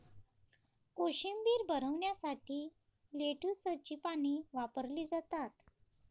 कोशिंबीर बनवण्यासाठी लेट्युसची पाने वापरली जातात